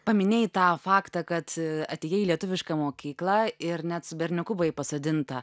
paminėjai tą faktą kad atėjai į lietuvišką mokyklą ir net su berniuku buvai pasodinta